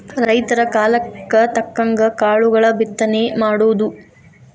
ರೈತರ ಕಾಲಕ್ಕ ತಕ್ಕಂಗ ಕಾಳುಗಳ ಬಿತ್ತನೆ ಮಾಡುದು